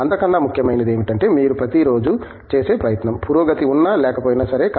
అంతకన్నా ముఖ్యమైనది ఏమిటంటే మీరు ప్రతిరోజూ చేసే ప్రయత్నం పురోగతి ఉన్నా లేకపోయినా సరే